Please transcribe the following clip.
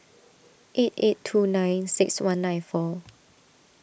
eight eight two nine six one nine four